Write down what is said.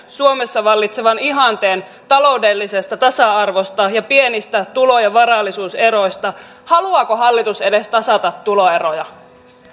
suomessa vallitsevan ihanteen taloudellisesta tasa arvosta ja pienistä tulo ja varallisuuseroista haluaako hallitus edes tasata tuloeroja